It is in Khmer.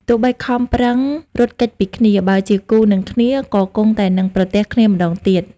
ទោះបីខំប្រឹងរត់គេចពីគ្នា បើជាគូនឹងគ្នាហើយ ក៏គង់តែនឹងប្រទះគ្នាម្តងទៀត។